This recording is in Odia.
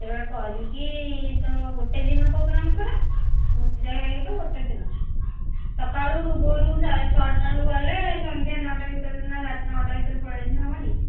ସେଟା କରିକି ତ ଗୋଟେ ଦିନ ପ୍ରୋଗ୍ରାମ୍ ପରା ଗୁଣ୍ଡିଚାଘାଗି ତ ଗୋଟେ ଦିନ ସକାଳୁ ଭୋରୁ ଛଅଟା ବେଳୁ ଗଲେ ସନ୍ଧ୍ୟା ନଅଟା ଭିତରେ ନ ରାତି ନଅଟା ଭିତରେ ପଳାଇ ଆସିନେ ହେବନି